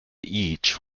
each